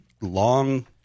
long